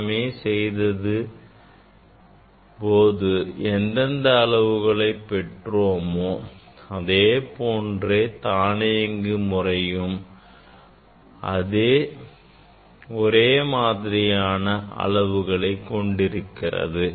நாமே செய்த போது எந்தெந்த அளவுகளை பெற்றோமோ அதேபோன்றே தானியங்கி முறையும் ஒரே மாதிரியான அளவுகளை கொண்டிருக்கிறது